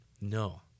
No